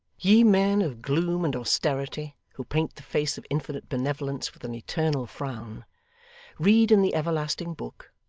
ye men of gloom and austerity, who paint the face of infinite benevolence with an eternal frown read in the everlasting book,